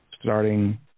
starting